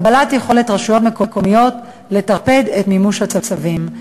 הגבלת יכולת רשויות מקומיות לטרפד את מימוש הצווים.